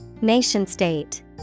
Nation-state